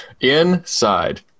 inside